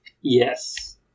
Yes